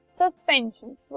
suspensions